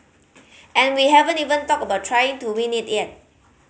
and we haven't even talked about trying to win it yet